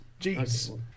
Jeez